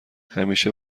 همیشه